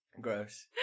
Gross